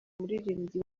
muririmbyi